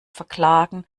verklagen